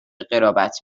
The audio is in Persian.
قرابت